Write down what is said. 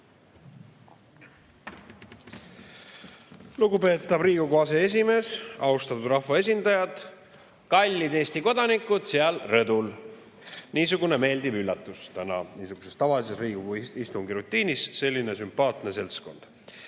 Lugupeetav Riigikogu aseesimees! Austatud rahvaesindajad! Kallid Eesti kodanikud seal rõdul! Niisugune meeldiv üllatus täna – tavalises Riigikogu istungi rutiinis selline sümpaatne seltskond. Mida